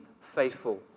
faithful